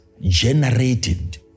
generated